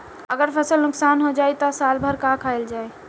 अगर फसल नुकसान हो जाई त साल भर का खाईल जाई